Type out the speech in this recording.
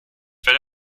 werde